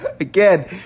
Again